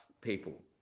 people